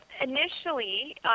Initially